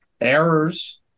errors